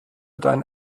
deinen